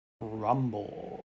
Rumble